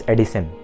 Edison